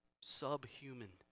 subhuman